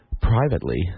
privately